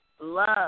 Love